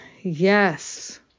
Yes